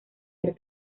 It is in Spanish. arte